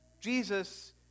Jesus